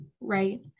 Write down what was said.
right